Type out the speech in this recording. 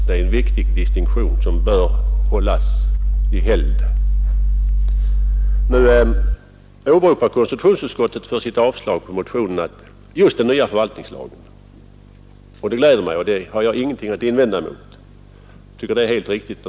Det är en viktig distinktion som bör hållas i helgd. Konstitutionsutskottet åberopar vid sitt avstyrkande av motionen just den nya förvaltningslagen. Det har jag ingenting att invända emot — jag tycker det är helt riktigt.